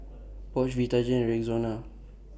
Bosch Vitagen and Rexona